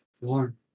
warm